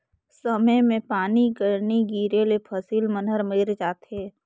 समे मे पानी कर नी गिरे ले फसिल मन हर मइर जाथे